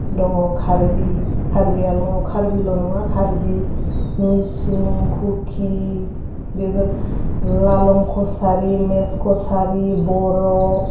दङ कार्बि कार्बि आलङाव कार्बिल' नङा कार्बि मिसिं कुकि बेफोर लालं कसारि मेस कसारि बर'